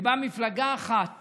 באה מפלגה אחת